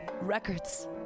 Records